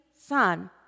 son